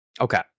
Okay